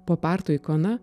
po parto ikona